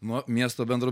nuo miesto bendro